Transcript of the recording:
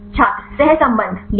छात्र सहसंबंध या